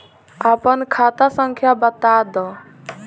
आपन खाता संख्या बताद